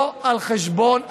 לא על חשבון הצרכנים,